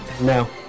No